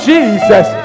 Jesus